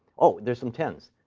oh, there's some tens.